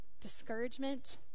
discouragement